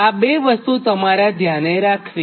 આ બે વસ્તું તમારા ધ્યાને રાખવી